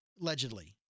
Allegedly